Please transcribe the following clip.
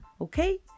Okay